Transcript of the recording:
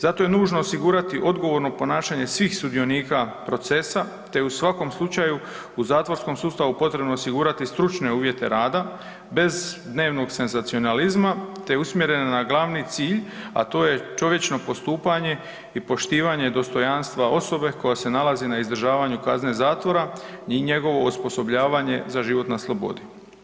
Zato je nužno osigurati odgovorno ponašanje svih sudionika procesa, te je u svakom slučaju u zatvorskom sustavu potrebno osigurati stručne uvjete rada bez dnevnog senzacionalizma, te usmjerene na glavni cilj, a to je čovječno postupanje i poštivanje dostojanstva osobe koja se nalazi na izdržavanju kazne zatvora i njegovo osposobljavanje za život na slobodi.